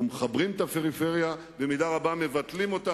אנחנו מחברים את הפריפריה, במידה רבה מבטלים אותה.